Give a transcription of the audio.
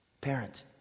parents